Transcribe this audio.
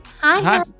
hi